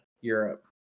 Europe